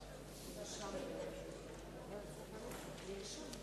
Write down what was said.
לדיון מוקדם בוועדה שתקבע ועדת הכנסת נתקבלה.